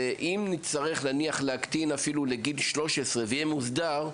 ואם נצטרך להקטין לגיל 13 וזה יהיה מוסדר,